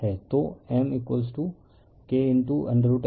तो M K √L1L2 हैं